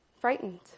frightened